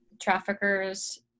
traffickers